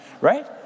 right